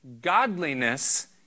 godliness